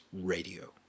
Radio